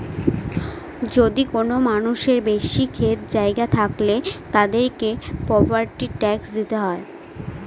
যদি কোনো মানুষের বেশি ক্ষেত জায়গা থাকলে, তাদেরকে প্রপার্টি ট্যাক্স দিতে হয়